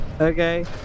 okay